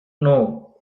know